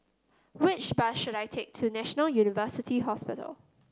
which bus should I take to National University Hospital